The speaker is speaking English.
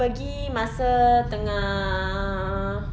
pergi masa tengah